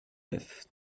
neuf